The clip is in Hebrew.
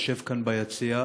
יושב כאן ביציע.